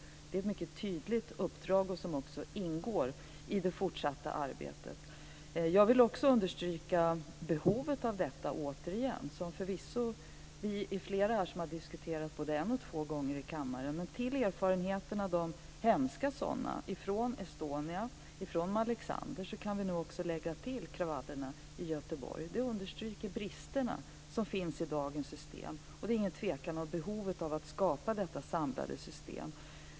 Det är ett mycket tydligt uppdrag som också ingår i det fortsatta arbetet. Jag vill också återigen understryka behovet av detta. Förvisso är vi flera här som har diskuterat detta både en och två gånger i kammaren. Men till de hemska erfarenheterna från Estonia och Malexander kan vi nu också lägga kravallerna i Göteborg, och det understryker de brister som finns i dagens system. Det råder ingen tvekan om behovet av att skapa detta samlade system.